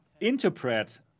interpret